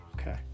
Okay